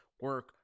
Work